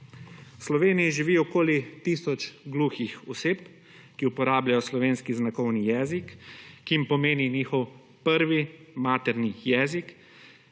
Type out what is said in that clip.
Sloveniji živi okoli tisoč gluhih oseb, ki uporabljajo slovenski znakovni jezik, ki jim pomeni njihov prvi materni jezik.